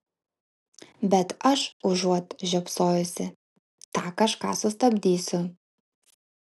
bet aš užuot žiopsojusi tą kažką sustabdysiu